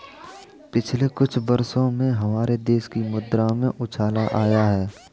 पिछले कुछ वर्षों में हमारे देश की मुद्रा में उछाल आया है